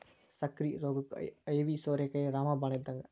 ಸಕ್ಕ್ರಿ ರೋಗಕ್ಕ ಐವಿ ಸೋರೆಕಾಯಿ ರಾಮ ಬಾಣ ಇದ್ದಂಗ